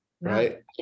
right